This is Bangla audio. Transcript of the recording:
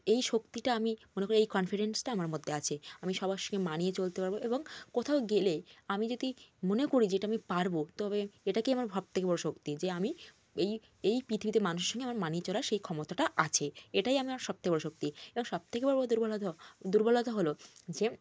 এই শক্তিটা আমি মনে করি এই কনফিডেন্সটা আমার মধ্যে আছে আমি সবার সঙ্গে মানিয়ে চলতে পারবো এবং কোথাও গেলে আমি যদি মনে করি যে এটা আমি পারবো তবে এটাকেই আমার সবথেকে বড় শক্তি যে আমি এই এই পৃথিবীতে মানুষের সঙ্গে আমার মানিয়ে চলার সেই ক্ষমতাটা আছে এটাই আমার সবথেকে বড় শক্তি এবং সবথেকে বড় দুর্বলতা দুর্বলতা হল যে